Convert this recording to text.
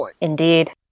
Indeed